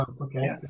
Okay